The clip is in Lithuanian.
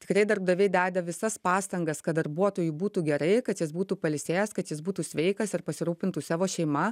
tikrai darbdaviai deda visas pastangas kad darbuotojui būtų gerai kad jis būtų pailsėjęs kad jis būtų sveikas ir pasirūpintų savo šeima